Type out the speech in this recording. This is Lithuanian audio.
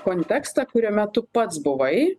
kontekstą kuriame tu pats buvai